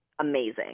amazing